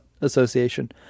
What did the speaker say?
association